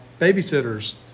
babysitters